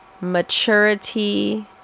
maturity